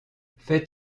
faites